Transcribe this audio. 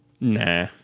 Nah